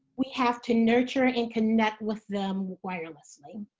we have to nurture and connect with them wirelessly.